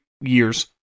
years